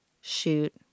shoot